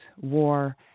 war –